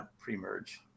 pre-merge